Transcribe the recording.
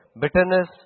bitterness